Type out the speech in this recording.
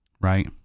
right